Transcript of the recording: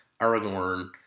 aragorn